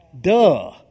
Duh